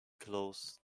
closed